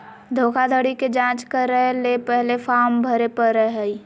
धोखाधड़ी के जांच करय ले पहले फॉर्म भरे परय हइ